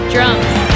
Drums